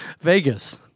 Vegas